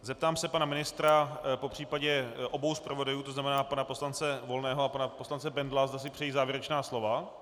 Zeptám se pana ministra, popřípadě obou zpravodajů, to znamená pana poslance Volného a pana poslance Bendla, zda si přejí závěrečná slova.